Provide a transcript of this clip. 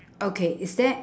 okay is there